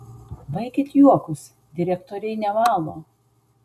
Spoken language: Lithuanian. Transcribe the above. baikit juokus direktoriai nevalo